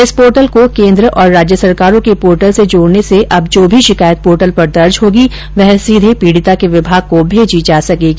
इस पोर्टल को केंद्र और राज्य सरकारों के पोर्टल से जोड़ने से अब जो भी शिकायत पोर्टल पर दर्ज होगी वह सीधे पीड़िता के विभाग को भेजी जा सकेगी